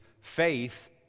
Faith